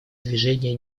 движения